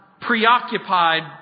preoccupied